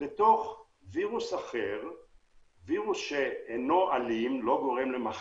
לתוך וירוס אחר שאינו אלים,